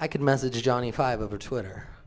i could message johnny five over t